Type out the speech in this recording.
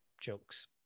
jokes